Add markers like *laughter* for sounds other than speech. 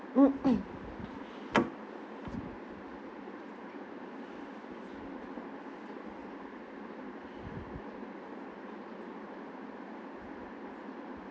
*noise*